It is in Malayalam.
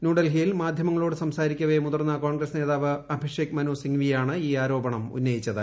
ന്യൂഡൽഹിയിൽ മാധ്യമങ്ങളോട് സംസാരിക്കവേ മുതിർന്ന കോൺഗ്രസ് നേതാവ് അഭിഷേക് മനു സിംഗ്വിയാണ് ഇൌ ആരോപണം ഉന്നയിച്ചത്